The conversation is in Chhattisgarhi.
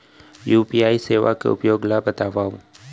यू.पी.आई सेवा के उपयोग ल बतावव?